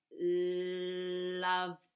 Love